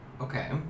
Okay